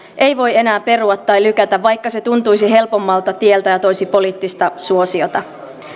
ei voi enää perua tai lykätä vaikka se tuntuisi helpommalta tieltä ja toisi poliittista suosiota